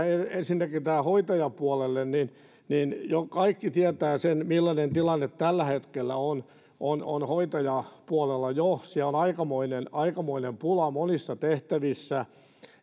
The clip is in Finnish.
ensinnäkin tähän hoitajapuolelle niin niin kaikki tietävät sen millainen tilanne tällä hetkellä on on hoitajapuolella jo siellä on aikamoinen aikamoinen pula monissa tehtävissä